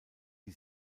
die